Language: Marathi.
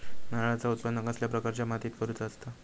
नारळाचा उत्त्पन कसल्या प्रकारच्या मातीत करूचा असता?